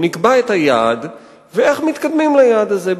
נקבע את היעד ואיך מתקדמים ליעד הזה,